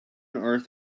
earth